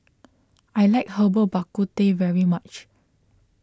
I like Herbal Bak Ku Teh very much